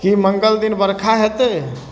कि मंगल दिन बरखा हेतै